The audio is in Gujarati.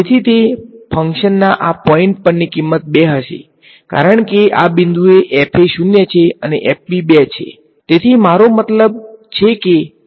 તેથી તે ફંક્શનના આ પોઈંટ પરની કિંમત 2 હશે કારણ કે આ બિંદુએ fa 0 છે અને fb 2 છે તેથી મારો મતલબ છે કે 2 ટાઈમ્સ fb છે